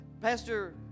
Pastor